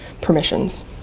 permissions